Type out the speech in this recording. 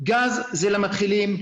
גז הוא למתחילים.